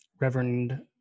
Reverend